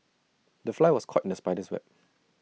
the fly was caught in the spider's web